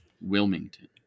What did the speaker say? Wilmington